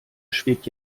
schwebt